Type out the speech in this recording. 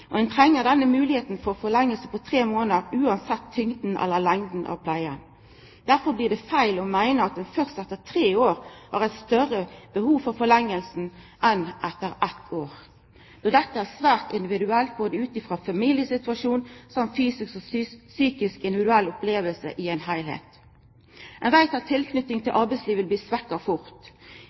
Ein treng denne moglegheita for ei forlenging på tre månader, uansett tyngda eller lengda av pleia. Derfor blir det feil å meina at ein har eit større behov for forlenging av stønaden etter tre år enn etter eitt år, då dette er svært individuelt både utifrå familiesituasjonen og fysisk og psykisk oppleving i det heile. Ein veit at tilknytinga til arbeidslivet fort blir